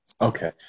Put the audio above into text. Okay